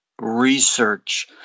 research